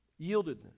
yieldedness